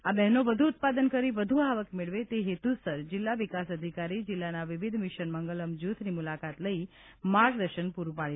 આ બહેનો વધુ ઉત્પાદન કરી વધુ આવક મેળવી તે હેતુસર જિલ્લા વિકાસ અધિકારી જિલ્લાના વિવિધ મિશન મંગલમ જૂથની મુલાકાત લઈ માર્ગદર્શન પૂરું પાડી રહ્યા છે